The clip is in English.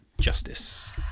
Justice